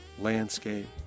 landscape